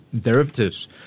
derivatives